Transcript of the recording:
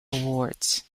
awards